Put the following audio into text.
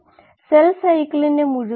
ഈ മൊഡ്യൂൾ ഇവിടെ അവസാനിപ്പിക്കുന്നു